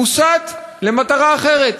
מוסט למטרה אחרת,